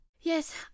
Yes